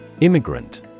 Immigrant